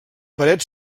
paret